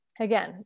Again